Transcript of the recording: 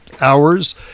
hours